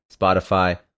Spotify